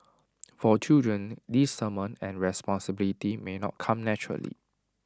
for children discernment and responsibility may not come naturally